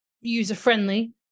user-friendly